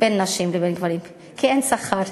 בין נשים לבין גברים, כי אין שכר,